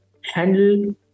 handle